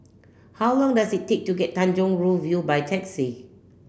how long does it take to get Tanjong Rhu View by taxi